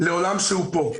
לעולם שהוא כאן.